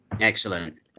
Excellent